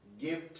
Give